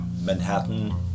Manhattan